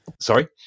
Sorry